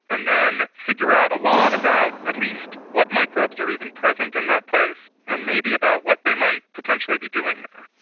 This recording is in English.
and then figure out a lot about at least what microbes are even present in that place and maybe about what they might potentially be doing there.